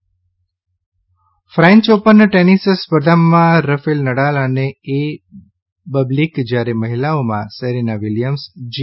French Open French Open tennis સ્પર્ધામાં Rafael Nadal અને એ બબલીક જ્યારે મહિલાઓમાં સેરેના વિલિયમ્સ જી